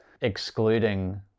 excluding